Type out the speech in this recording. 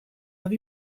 have